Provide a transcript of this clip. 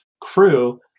crew